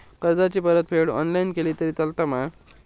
कर्जाची परतफेड ऑनलाइन केली तरी चलता मा?